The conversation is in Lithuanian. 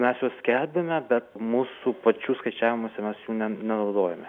mes jau skelbiame bet mūsų pačių skaičiavimusi mes jų ne nenaudojame